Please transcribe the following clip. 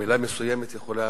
המלה "מסוימת" יכולה